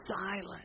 silent